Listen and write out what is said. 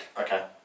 Okay